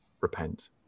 repent